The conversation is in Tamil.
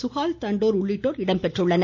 சுஹாஸ் தண்டோர் உள்ளிட்டோர் இடம்பெற்றுள்ளனர்